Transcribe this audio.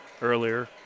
earlier